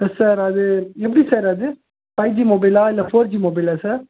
S sir அது எப்படி sir அது ஃபைவ் ஜி மொபைலா இல்லை ஃபோர் ஜி மொபைலா சார்